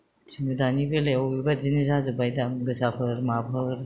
दानि बेलायाव बेबादिनो जाजोबबाय दाम गोसाफोर माफोर